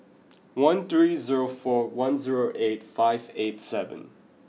one three zero four one zero eight five eight seven